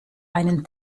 einen